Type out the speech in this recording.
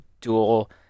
dual